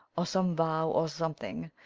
or some vow or something,